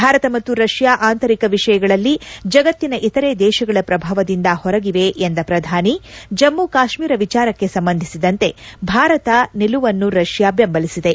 ಭಾರತ ಮತ್ತು ರಷ್ಯಾ ಅಂತರಿಕ ವಿಷಯಗಳಲ್ಲಿ ಜಗತ್ತಿನ ಇತರೆ ದೇಶಗಳ ಪ್ರಭಾವದಿಂದ ಹೊರಗಿವೆ ಎಂದ ಪ್ರಧಾನಿ ಜಮ್ಮು ಕಾಶ್ಮೀರ ವಿಚಾರಕ್ಕೆ ಸಂಬಂಧಿಸಿದಂತೆ ಭಾರತ ನಿಲುವನ್ನು ರಷ್ಯಾ ಬೆಂಬಲಿಸಿದೆ